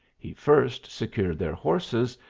he first secured their horses,